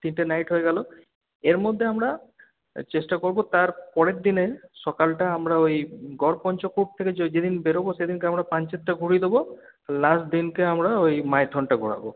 তিনটে নাইট হয়ে গেল এর মধ্যে আমরা চেষ্টা করব তারপরের দিনের সকালটা আমরা ওই গড়পঞ্চকোট থেকে যেদিন বেরোব সেদিনকে আমরা পাঞ্চেতটা ঘুরিয়ে দেব লাস্ট দিনকে আমরা ওই মাইথনটা ঘোরাব